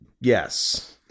Yes